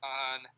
on